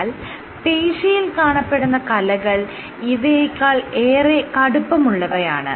എന്നാൽ പേശിയിൽ കാണപ്പെടുന്ന കലകൾ ഇവയെക്കാൾ ഏറെ കടുപ്പമുള്ളവയാണ്